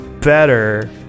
better